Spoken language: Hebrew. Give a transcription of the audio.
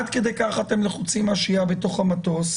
עד כדי כך אתם לחוצים מהשהייה בתוך המטוס,